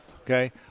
okay